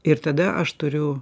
ir tada aš turiu